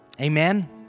Amen